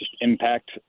impact